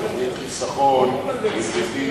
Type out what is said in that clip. אבל הכסף שלי ישקע בתוכנית חיסכון עם ריבית,